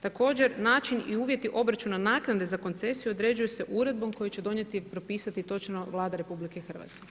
Također način i uvjeti obračuna naknade za koncesiju određuju se uredbom koju će donijeti, propisati točno Vlada RH.